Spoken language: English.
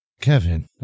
Kevin